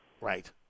Right